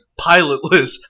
pilotless